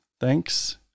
Thanks